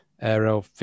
aero